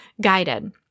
guided